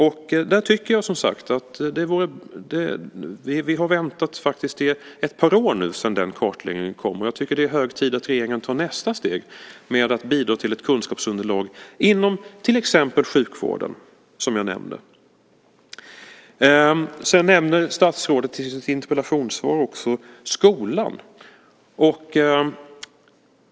Vi har faktiskt väntat ett par år nu sedan den kartläggningen kom, och jag tycker att det är hög tid att regeringen tar nästa steg med att bidra till ett kunskapsunderlag inom till exempel sjukvården, som jag nämnde. Statsrådet nämner i sitt interpellationssvar också skolan.